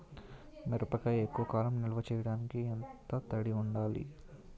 మిరపకాయ ఎక్కువ కాలం నిల్వ చేయటానికి ఎంత తడి ఉండాలి?